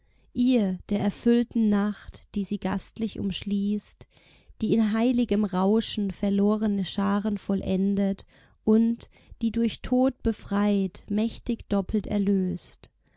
ihr der erfüllten nacht die sie gastlich umschließt die in heiligem rauschen verlorene scharen vollendet und die durch tod befreit mächtig doppelt erlöst